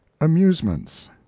Amusements